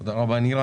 תודה רבה, נירה.